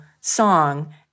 song